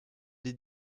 des